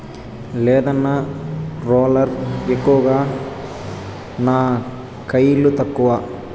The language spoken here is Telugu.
లేదన్నా, రోలర్ ఎక్కువ నా కయిలు తక్కువ